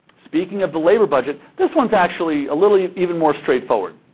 speaking of the labor budget, this one's actually a little even more straightforward,